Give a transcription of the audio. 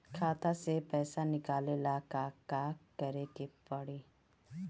खाता से पैसा निकाले ला का का करे के पड़ी?